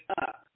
up